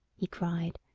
he cried,